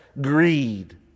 greed